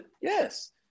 Yes